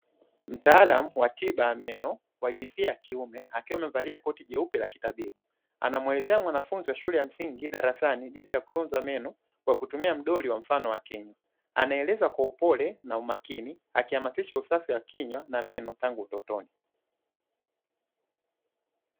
Mtaalamu wa tiba ya meno wa jinsia yakiume akiwa amevalia koti jeupe la kitabibu, anamuelezea mwanafunzi wa shule ya msingi darasani, jinsi ya kutunza meno kwa kutumia mfano wa mdori wa mfano wa keni. Anaeleza kwa upole na umakini, akihamasisha usafi wa kinywa na meno tangu utotoni.